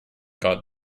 got